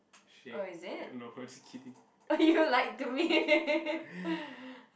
shag no just kidding